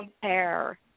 compare